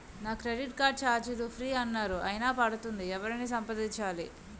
నా credit card ఛార్జీలు free అన్నారు అయినా పడుతుంది ఎవరిని సంప్రదించాలి?